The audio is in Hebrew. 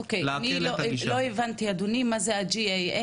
אוקי, אני לא הבנתי, אדוני, מה זה ה-GIS?